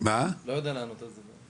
לענות על זה.